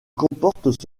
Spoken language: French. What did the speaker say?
comporte